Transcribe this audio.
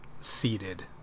seated